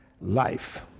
Life